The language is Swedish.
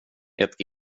ett